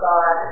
God